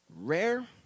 Rare